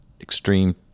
extreme